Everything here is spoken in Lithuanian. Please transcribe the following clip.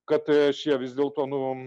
kad šie vis dėlto nu